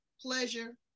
pleasure